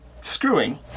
screwing